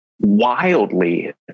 wildly